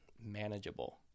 manageable